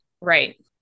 Right